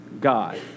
God